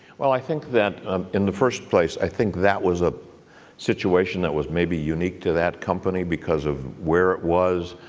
well, i think that in the first place i think that was a a situation that was maybe unique to that company because of where it was,